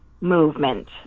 movement